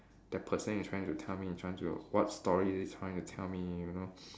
that person is trying to tell me trying to what story is trying to tell me you know